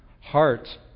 heart